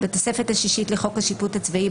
(6) בתוספת השישית לחוק השיפוט הצבאי,